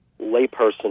layperson